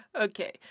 Okay